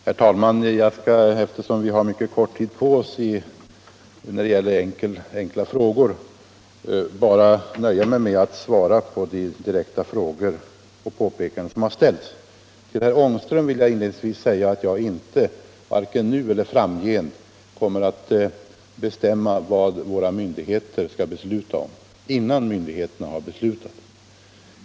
Herr talman! Eftersom vi har mycket kort tid på oss när det gäller Om prishöjningarenkla frågor skall jag nöja mig med att svara på de direkta frågor som = na på inrikesflygets har ställts och de påpekanden som har gjorts. linjer till övre Till herr Ångström vill jag säga att jag varken nu eller framgent kommer - Norrland att bestämma vad våra myndigheter skall besluta innan myndighéterna själva har beslutat.